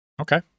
Okay